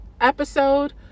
episode